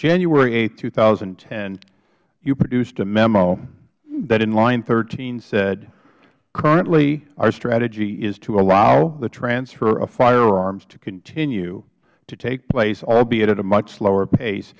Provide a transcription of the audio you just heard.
januaryh two thousand and ten you produced a memo that in line thirteen said currently our strategy is to allow the transfer of firearms to continue to take place albeit at a much slower pace